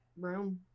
room